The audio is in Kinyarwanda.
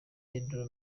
pedro